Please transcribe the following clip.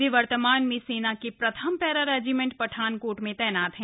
वे वर्तमान में सेना के प्रथम पैरा रेजिमेंट में पठानकोट में तैनात हैं